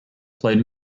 played